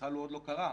שבכלל עוד לא קרה,